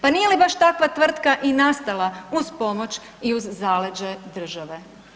Pa nije li baš takva tvrtka i nastala uz pomoć i uz zaleđe države?